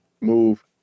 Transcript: move